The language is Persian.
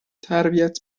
تربیت